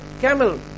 camel